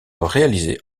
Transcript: réalisés